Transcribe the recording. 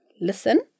listen